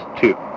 two